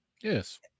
Yes